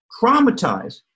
traumatized